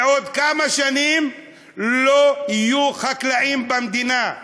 בעוד כמה שנים לא יהיו חקלאים במדינה.